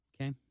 Okay